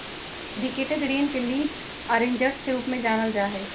syndicated ऋण के lead arrangers के रूप में जानल जा हई